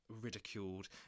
ridiculed